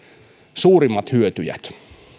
suurimmat hyötyjät